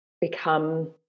become